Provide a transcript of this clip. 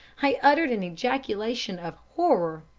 i uttered an ejaculation of horror.